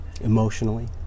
emotionally